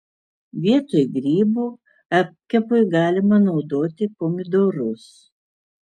vietoj grybų apkepui galima naudoti pomidorus